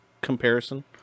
comparison